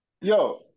Yo